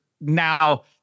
now